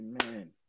Amen